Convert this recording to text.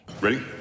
Ready